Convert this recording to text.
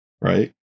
right